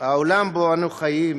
העולם שבו אנחנו חיים